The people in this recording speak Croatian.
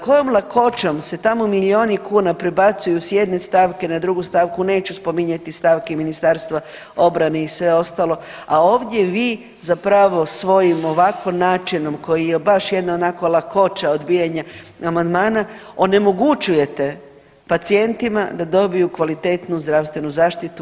Kojom lakoćom se tamo milijuni kuna prebacuju s jedne stavke na drugu stavku, neću spominjati stavke Ministarstva obrane i sve ostalo, a ovdje vi zapravo svojim ovako načinom koji je baš jedna onako lakoća odbijanja amandmana onemogućujete pacijentima da dobiju kvalitetnu zdravstvenu zaštitu.